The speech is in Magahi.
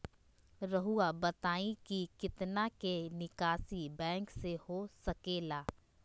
रहुआ बताइं कि कितना के निकासी बैंक से हो सके ला?